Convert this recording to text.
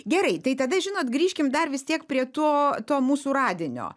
gerai tai tada žinot grįžkim dar vis tiek prie to to mūsų radinio